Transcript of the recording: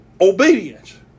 obedience